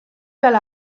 fel